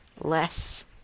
less